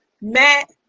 matt